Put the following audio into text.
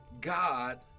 God